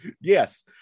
Yes